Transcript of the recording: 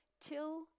till